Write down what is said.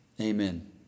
amen